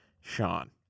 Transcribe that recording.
Sean